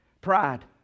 Pride